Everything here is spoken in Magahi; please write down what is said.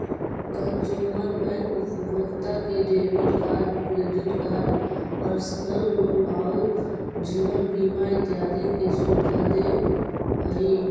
कंजूमर बैंक उपभोक्ता के debit card, credit card, personal loan आउ जीवन बीमा इत्यादि के सुविधा दे हइ